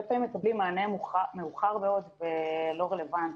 פעמים מקבלים מענה מאוחר מאוד ולא רלוונטי.